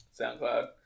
SoundCloud